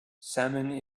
salmon